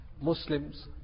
Muslims